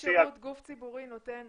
איזה סוג שירות גוף ציבורי נותן?